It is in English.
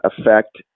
affect